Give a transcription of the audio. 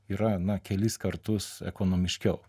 yra na kelis kartus ekonomiškiau